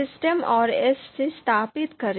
system और इसे स्थापित करें